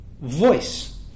voice